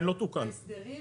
בהסדרים,